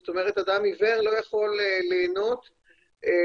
זאת אומרת אדם עיוור לא יכול ליהנות מכל